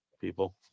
people